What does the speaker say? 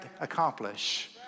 accomplish